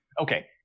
Okay